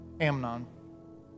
Amnon